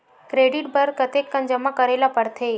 Credit बर कतेकन जमा करे ल पड़थे?